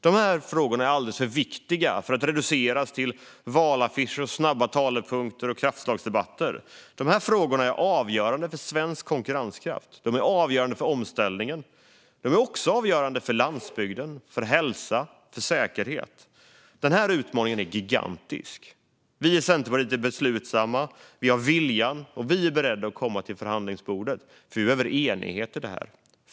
De här frågorna är alldeles för viktiga för att reduceras till valaffischer, snabba talepunkter och kraftslagsdebatter. De här frågorna är avgörande för svensk konkurrenskraft. De är avgörande för omställningen. De är också avgörande för landsbygden, för hälsan och för säkerheten. Den här utmaningen är gigantisk. Vi i Centerpartiet är beslutsamma, och vi har viljan. Vi är beredda att komma till förhandlingsbordet, för vi behöver enighet i detta.